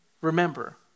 Remember